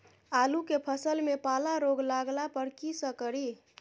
आलू के फसल मे पाला रोग लागला पर कीशकरि?